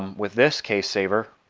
with this case saver.